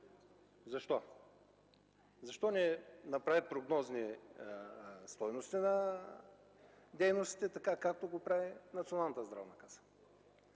Защо не направи прогнозни стойности на дейностите, така както го прави Националната здравна каса?